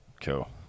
cool